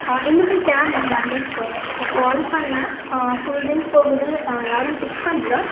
இன்னுமே கேப் வரலை sir so so call பண்ணிணேன் ஃபுல் ரிங் போகுது யாரும் பிக் பண்ணல